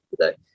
today